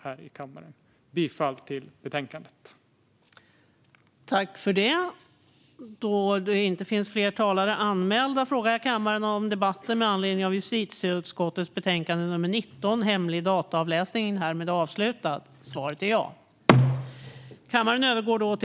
Jag yrkar bifall till utskottets förslag i betänkandet.